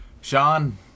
Sean